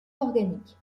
organique